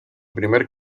primer